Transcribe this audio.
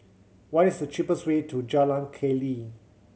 what is the cheapest way to Jalan Keli